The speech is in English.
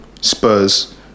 Spurs